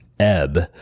Ebb